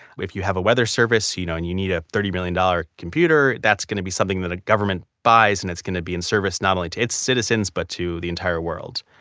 if you have a weather service you know and you need a thirty million dollars computer, that's going to be something that a government buys and it's going to be in service not only to its citizens but to the entire world.